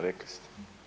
Rekli ste.